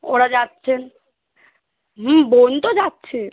ওরা যাচ্ছে হুম বোন তো যাচ্ছে